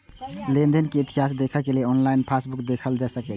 लेनदेन के इतिहास देखै लेल ऑनलाइन पासबुक देखल जा सकैए